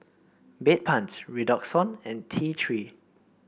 Bedpans Redoxon and T Three